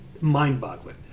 Mind-boggling